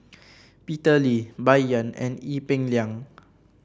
Peter Lee Bai Yan and Ee Peng Liang